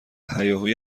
هیاهوی